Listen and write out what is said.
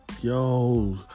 yo